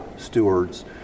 stewards